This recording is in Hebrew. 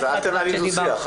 אז אל תנהלי דו שיח.